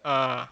ah